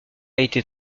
été